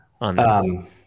on